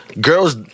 girls